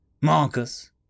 Marcus